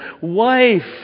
wife